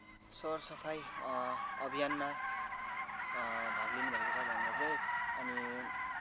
सरसफाइ अभियानमा भाग लिनुभएको छ भन्दा चाहिँ अनि